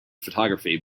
photography